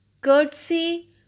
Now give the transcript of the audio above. curtsy